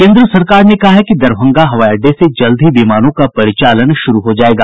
केंद्र सरकार ने कहा है कि दरभंगा हवाई अड्डे से जल्द ही विमानों का परिचालन शुरू हो जायेगा